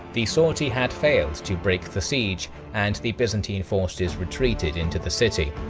the sortie had failed to break the siege and the byzantine forces retreated into the city.